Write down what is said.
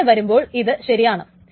അങ്ങനെ വരുമ്പോൾ ഇത് ശരിയാണ്